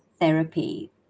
therapy